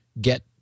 get